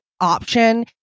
option